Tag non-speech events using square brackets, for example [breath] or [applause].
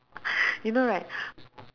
[breath] you know right